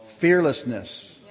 fearlessness